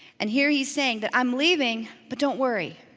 and here he's saying that i'm leaving, but don't worry,